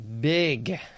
big